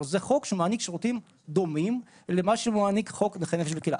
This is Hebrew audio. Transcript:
כלומר זה חוק שמעניק שירותים דומים למה שמעניק חוק נכי נפש בקהילה.